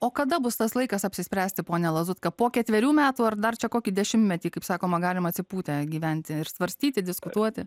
o kada bus tas laikas apsispręsti pone lazutka po ketverių metų ar dar čia kokį dešimtmetį kaip sakoma galima atsipūtę gyventi ir svarstyti diskutuoti